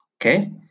okay